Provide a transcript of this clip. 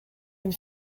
une